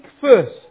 first